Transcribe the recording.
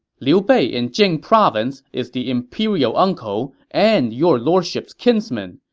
liu bei in jing province is the imperial uncle and your lordship's kinsman.